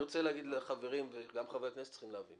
אני רוצה להגיד לחברים וגם חברי הכנסת צריכים להבין